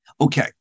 Okay